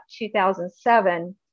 2007